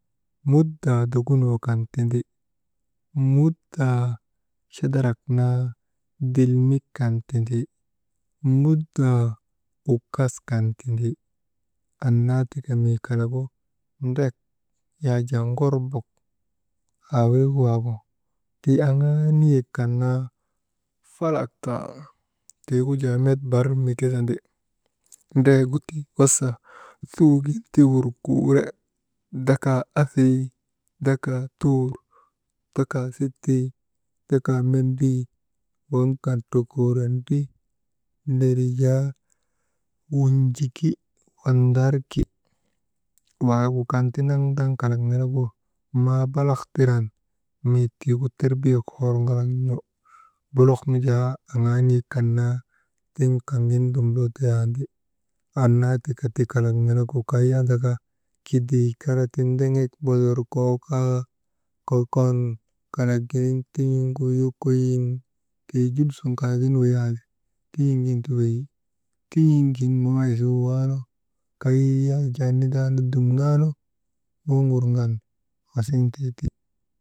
Mutdaa dokunoo kan tindi, mutdaa chadarak naa dilmik kan tindi, mutdaa ukuas kan tindi, annaa tika mii kalagu, ndrek yak jaa ŋorbok aa wirik waagu, tii aŋaa niyek kan naa falak tan tiigu jaa met bar mikenandi ndregu tii wasa suugin ti wurkuure dakaa asii, dakaa tuur, dakaa sittii, dakaa mendrii waŋ kan trukuren ti neri jaa wunjiki, wandarki waagu kan ti ndaŋ, ndaŋ kalak nenegu, maa balak tiran mii tiigu terbiyek hor ŋalak n̰u, buluk nu jaa aŋaa niyek kan naa tiŋ kaŋ gin dum loo teyandi, annaa tika ti kalak nenegu kay andaka, kidii kara ti ndeŋek mbodorkoo kaa, kokon kalak giniŋ tin̰iŋgu yokoyin tii jul sun kalak gin weyandi, tin̰iŋ gin tim weyi, tin̰iŋgin nanay su wawaanu kay yak jaa nindaanu dumnaanu, waŋ wurŋan wasiŋ tee ti.